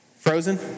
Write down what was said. Frozen